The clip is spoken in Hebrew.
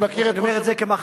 אני אומר את זה כמחמאה,